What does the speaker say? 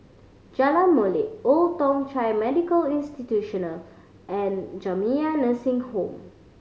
Jalan Molek Old Thong Chai Medical Institutional and Jamiyah Nursing Home